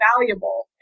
valuable